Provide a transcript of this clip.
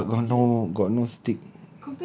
ya but got no got no stick